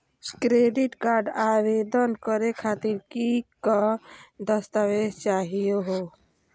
Credit card आवेदन करे खातीर कि क दस्तावेज चाहीयो हो?